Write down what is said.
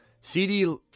CD